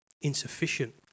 insufficient